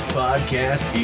podcast